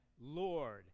Lord